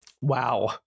wow